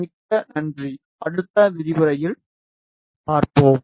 மிக்க நன்றி அடுத்த விரிவுரையில் பார்ப்போம்